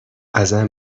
ازم